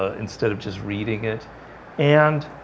ah instead of just reading it and